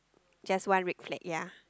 just one red flag ya